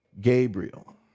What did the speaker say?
Gabriel